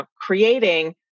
creating